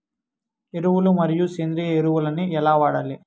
ఎరువులు మరియు సేంద్రియ ఎరువులని ఎలా వాడాలి?